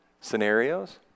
scenarios